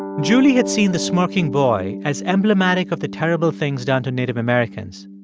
julie had seen the smirking boy as emblematic of the terrible things done to native americans.